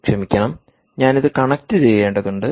ക്ഷമിക്കണം ഞാൻ ഇത് കണക്റ്റുചെയ്യേണ്ടതുണ്ട്